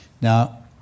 Now